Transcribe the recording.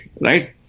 right